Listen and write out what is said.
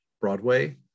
Broadway